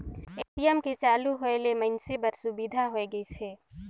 ATM के चालू होय ले मइनसे बर सुबिधा होय गइस हे